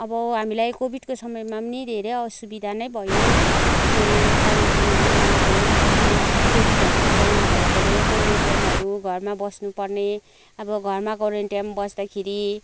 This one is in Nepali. अब हामीलाई कोविडको समयमा पनि नि धेरै असुविधा नै भयो यहा कालिम्पोङमा अबो जस्तो कोविड हस्पिटल नभएकोले क्वारेन्टाइनहरू घरमा बस्नु पर्ने अब घरमा क्वारेन्टाइन बस्दाखेरि